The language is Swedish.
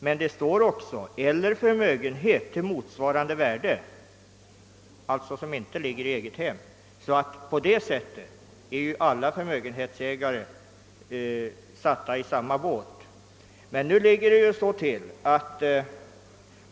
Men det står också »eller förmögenhet till motsvarande värde» — som alltså inte ligger i eget hem. Därigenom kommer alla förmögenhetsägare att sitta i samma båt.